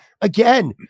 again